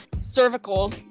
cervical